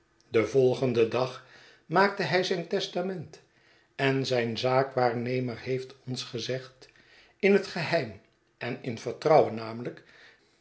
den volgenden dag maakte hij zijn testament en zijn zaakwaarnemer heeft ons gezegd in het geheim en in vertrouwen namelijk